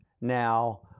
now